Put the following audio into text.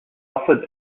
offered